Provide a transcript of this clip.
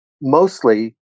mostly